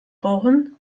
brauchen